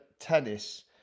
Tennis